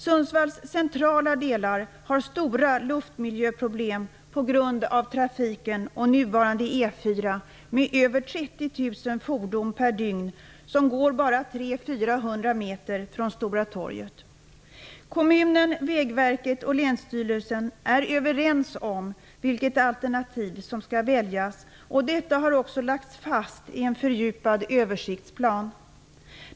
Sundsvalls centrala delar har stora luftmiljöproblem på grund av trafiken och nuvarande E 4 med över 30 000 fordon per dygn som går bara 300-400 meter från Stora torget. Kommunen, Vägverket och länsstyrelsen är överens om vilket alternativ som skall väljas. Detta har också lagts fast i en fördjupad översiktsplan.